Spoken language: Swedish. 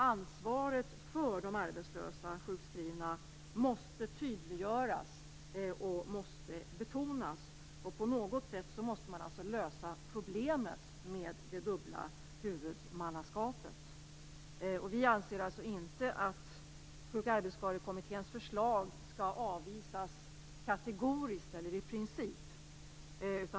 Ansvaret för de arbetslösa sjukskrivna måste tydliggöras och betonas. På något sätt måste man lösa problemet med det dubbla huvudmannaskapet. Vi anser inte att Sjuk och arbetsskadekommitténs förslag skall avvisas kategoriskt.